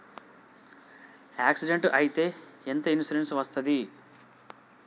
Accident అయితే ఎంత insurance వస్తది?